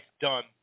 done